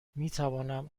میتوانم